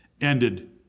ended